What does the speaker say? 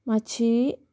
मातशी